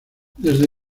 desde